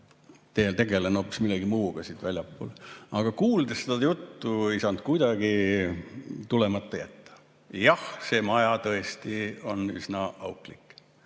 et tegelen hoopis millegi muuga siit väljaspool. Aga kuuldes seda juttu, ei saanud kuidagi tulemata jätta. Jah, see maja on tõesti üsna auklik.